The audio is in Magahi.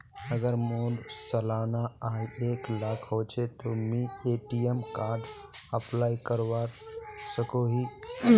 अगर मोर सालाना आय एक लाख होचे ते मुई ए.टी.एम कार्ड अप्लाई करवा सकोहो ही?